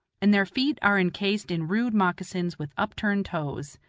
and their feet are incased in rude moccasins with upturned toes.